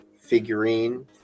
figurine